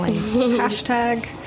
Hashtag